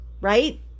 right